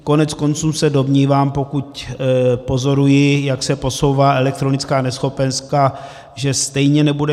Koneckonců se domnívám, pokud pozoruji, jak se posouvá elektronická neschopenka, že stejně nebude